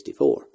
1964